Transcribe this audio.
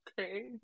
Okay